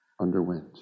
underwent